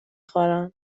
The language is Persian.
خورم